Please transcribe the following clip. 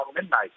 midnight